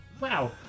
Wow